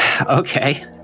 Okay